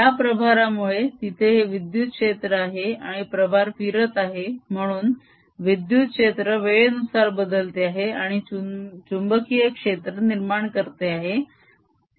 या प्रभारामुळे तिथे हे विद्युत क्षेत्र आहे आणि प्रभार फिरत आहे म्हणून विद्युत क्षेत्र वेळेनुसार बदलते आहे आणि चुंबकीय क्षेत्र निर्माण करते आहे